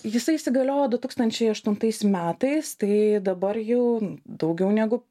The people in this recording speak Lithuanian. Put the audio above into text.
jisai įsigaliojo du tūkstančiai aštuntais metais tai dabar jau daugiau negu